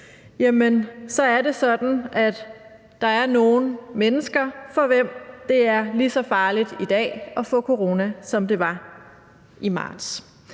så er det sådan, at der er nogle mennesker, for hvem det er lige så farligt i dag at få corona, som det var i marts.